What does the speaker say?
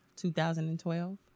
2012